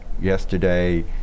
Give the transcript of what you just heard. yesterday